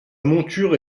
monture